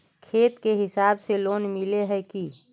खेत के हिसाब से लोन मिले है की?